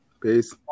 Peace